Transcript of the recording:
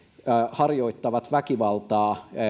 harjoittavat väkivaltaa